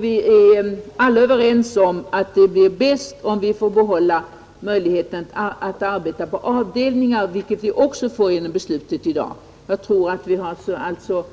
Vi är överens om att det är bäst om vi får behålla möjligheten att arbeta på avdelningar, vilket vi också har genom beslutet i dag. Jag tror alltså att man